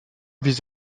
vis